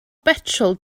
betrol